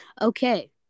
Okay